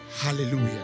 Hallelujah